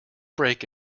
break